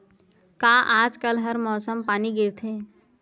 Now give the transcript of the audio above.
का आज कल हर मौसम पानी गिरथे?